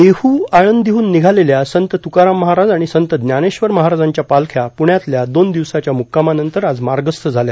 देहू आळंदीहून निघालेल्या संत तुकाराम महाराज आणि संत ज्ञानेश्वर महाराजांच्या पालख्या प्रण्यातल्या दोन दिवसांच्या म्रक्कामानंतर आज मार्गस्थ झाल्या